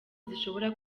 zishobora